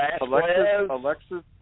Alexis